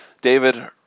David